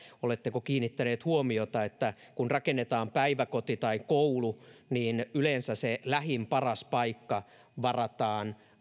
oletteko kiinnittäneet huomiota että kun rakennetaan päiväkoti tai koulu niin yleensä se lähin paras paikka varataan